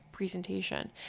presentation